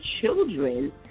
children